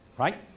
right,